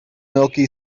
milky